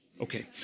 Okay